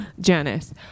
Janice